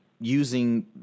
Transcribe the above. using